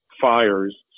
fires